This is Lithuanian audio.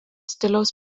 stiliaus